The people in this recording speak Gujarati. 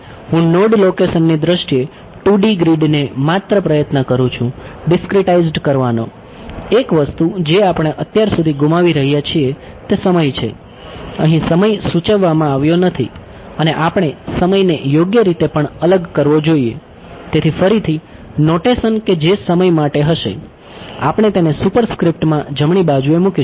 હું નોડ માં જમણી બાજુએ મૂકીશું